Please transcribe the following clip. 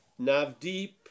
Navdeep